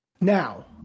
Now